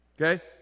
Okay